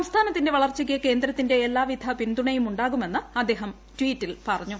സംസ്ഥാനത്തിന്റെ വളർച്ചയ്ക്ക് കേന്ദ്രത്തിന്റെ ് എല്ലാവിധ പിന്തുണയും ഉണ്ടാകുമെന്ന് അദ്ദേഹം ട്വീറ്റിൽ പറഞ്ഞു